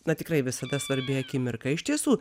na tikrai visada svarbi akimirka iš tiesų